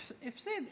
הפסיד.